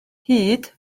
hud